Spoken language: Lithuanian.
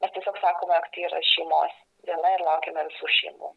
mes tiesiog sakome tai yra šeimos diena ir laukiame visų šeimų